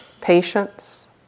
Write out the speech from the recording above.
patience